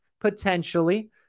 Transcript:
Potentially